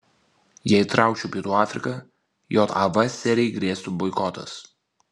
jei įtraukčiau pietų afriką jav serijai grėstų boikotas